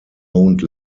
owned